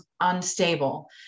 unstable